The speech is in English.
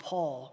Paul